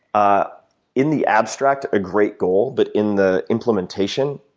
ah in the abstract a great goal but in the implementation,